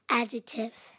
adjective